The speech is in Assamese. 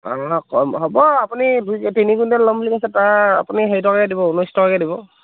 অ' হ'ব আপুনি দুই তিনি কুইণ্টল ল'ম বুলি কৈছে তাৰ আপুনি হেৰি টকাকৈ দিব ঊনৈছ টকাকৈ দিব